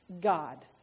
God